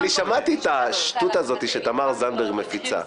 אני שמעתי את השטות הזאת שתמר זנדברג מפיצה.